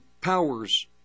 powers